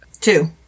Two